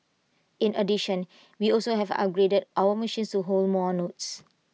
in addition we also have upgraded our machines hold more notes